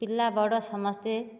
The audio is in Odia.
ପିଲା ବଡ଼ ସମସ୍ତେ